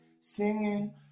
singing